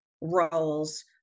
roles